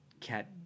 cat